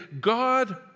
God